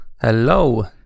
Hello